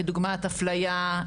כדוגמת הפליה,